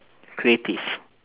creative